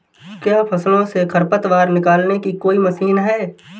क्या फसलों से खरपतवार निकालने की कोई मशीन है?